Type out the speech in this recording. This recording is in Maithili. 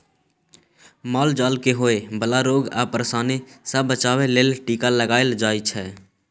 माल जाल केँ होए बला रोग आ परशानी सँ बचाबे लेल टीका लगाएल जाइ छै